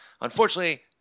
unfortunately